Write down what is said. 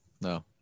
No